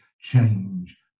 change